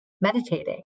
meditating